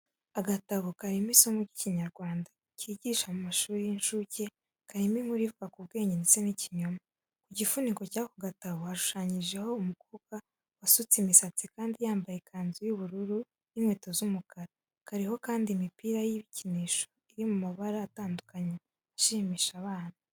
Agatabo karimo isomo ry'Ikinyarwanda cyigishwa mu mashuri y'incuke karimo inkuru ivuga k'ubwenge ndetse n'ikinyoma. Ku gifuniko cy'ako gatabo, hashushanyijeho umukobwa wasutse imisatsi kandi yambaye ikanzu y'ubururu n'inkweto z'umukara. Kariho kandi imipira y'ibikinisho iri mu mabara atandukanye ashimisha abana.